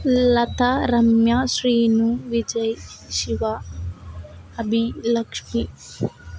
Lata Ramya Srinu Vijay Shiva Abhi Lakshmi